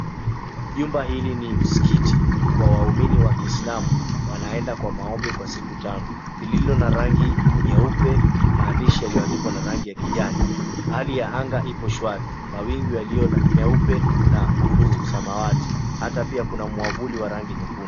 Jumba hili ni msikiti kwa waumini wa kiislamu wanaenda kwa maombi kwa siku tano lililo na rangi nyeupe, maandishi yaliyoandikwa na rangi ya kijani. Hali ya anga ipo shwari mawingu yaliyo meupe na bluu samawati, hata pia kuna mwavuli wa rangi nyekundu.